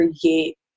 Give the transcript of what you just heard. create